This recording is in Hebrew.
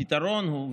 הפתרון הוא,